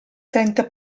trenta